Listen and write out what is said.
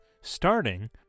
Starting